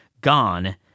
gone